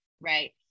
right